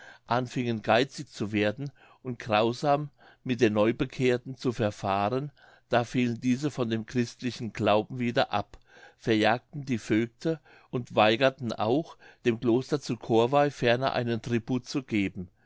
anfingen geizig zu werden und grausam mit den neubekehrten zu verfahren da fielen diese von dem christlichen glauben wieder ab verjagten die vögte und weigerten auch dem kloster zu corvei ferner einen tribut zu geben